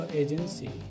agency